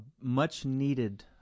much-needed